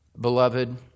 Beloved